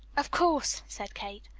of course, said kate.